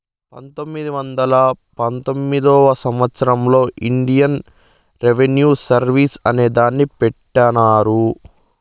పంతొమ్మిది వందల పంతొమ్మిదివ సంవచ్చరంలో ఇండియన్ రెవిన్యూ సర్వీస్ అనే దాన్ని పెట్టినారు